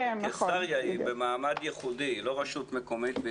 קיסריה היא במעמד ייחודי, היא לא רשות מקומית.